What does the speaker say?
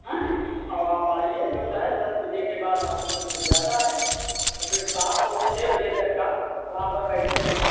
हैं औ आप आईये जौन है दस बजे के बाद हॉस्पिटल खुल जाता है और फिर शाम को छः बजे तक का वहाँ पर बैठते हैं